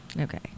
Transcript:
Okay